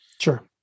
Sure